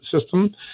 system